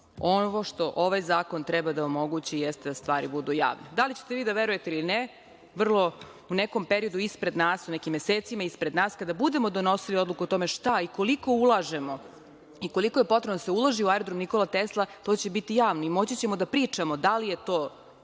što ovaj zakon treba da omogući jeste da stvari budu javne. Da li ćete vi da verujete ili ne, u nekom periodu ispred nas, u nekim mesecima ispred nas, kada budemo donosili odluku o tome šta i koliko ulažemo i koliko je potrebno da se uloži u Aerodrom „Nikola Tesla“, to će biti javno i moći ćemo da pričamo da li je to